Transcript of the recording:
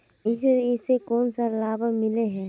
Insurance इस से कोन सा लाभ मिले है?